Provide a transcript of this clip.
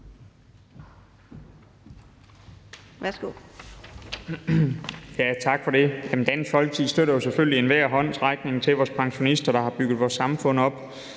Værsgo.